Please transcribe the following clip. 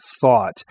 thought